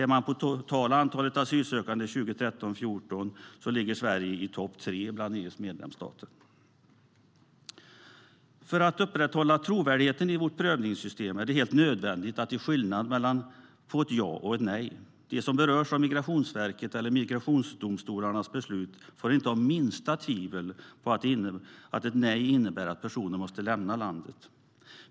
Vad gäller det totala antalet asylsökande 2013 och 2014 ligger Sverige i topp tre bland EU:s medlemsstater. För att upprätthålla trovärdigheten i vårt prövningssystem är det helt nödvändigt att det är skillnad på ett ja och ett nej. De som berörs av Migrationsverkets eller migrationsdomstolarnas beslut får inte ha minsta tvivel om att ett nej innebär att man måste lämna landet.